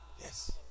Yes